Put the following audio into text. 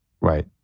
Right